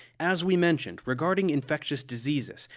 as we mentioned regarding infectious diseases,